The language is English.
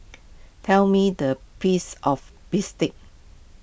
tell me the piece of Bistake